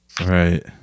Right